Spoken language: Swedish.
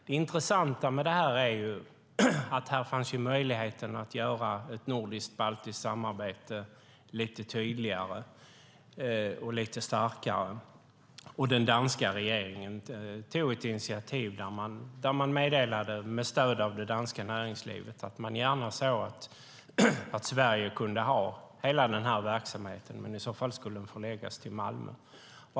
Det intressanta är att möjligheten fanns att göra ett nordisk-baltiskt samarbete lite tydligare och starkare. Den danska regeringen tog ett initiativ där den med stöd av det danska näringslivet meddelade att den gärna såg att Sverige hade hela verksamheten men att den i så fall skulle förläggas till Malmö.